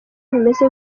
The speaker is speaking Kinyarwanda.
bimeze